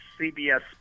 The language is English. CBS